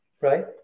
right